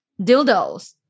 dildos